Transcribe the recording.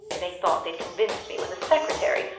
they thought they'd convinced me when the secretary,